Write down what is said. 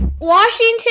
Washington